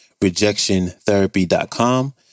rejectiontherapy.com